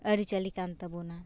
ᱟᱹᱨᱤᱪᱟᱹᱞᱤ ᱠᱟᱱ ᱛᱟᱵᱚᱱᱟ